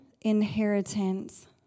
inheritance